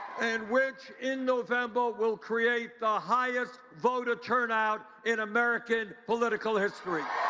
and which, in november, will create the highest voter turnout in american political history.